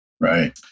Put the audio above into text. Right